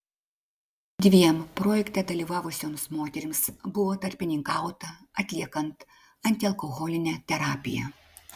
dviem projekte dalyvavusioms moterims buvo tarpininkauta atliekant antialkoholinę terapiją